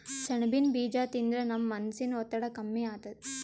ಸೆಣಬಿನ್ ಬೀಜಾ ತಿಂದ್ರ ನಮ್ ಮನಸಿನ್ ಒತ್ತಡ್ ಕಮ್ಮಿ ಆತದ್